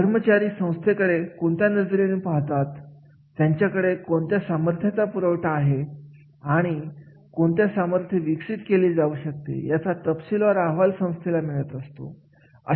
कर्मचारी संस्थेकडे कोणत्या नजरेने पाहतात संस्थेकडे कोणत्या सामर्थ्याचा पुरवठा आहे आणि कोणत्या सामर्थ्य विकसित केले जाऊ शकते याचा तपशील अहवाल संस्थेला मिळत असतो